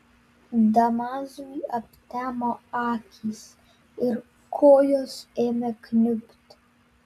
damazui aptemo akys ir kojos ėmė kniubti